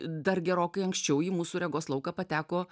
dar gerokai anksčiau į mūsų regos lauką pateko